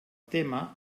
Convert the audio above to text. tema